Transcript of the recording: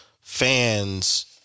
fans –